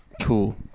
Cool